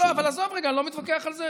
עזוב רגע, אני לא מתווכח על זה.